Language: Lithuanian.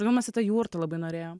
tai va mes į tą jurtą labai norėjom